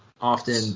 often